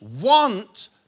want